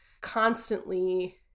constantly